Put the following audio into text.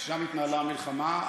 שם התנהלה המלחמה,